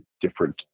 different